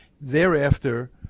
Thereafter